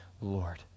Lord